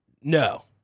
No